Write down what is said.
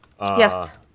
Yes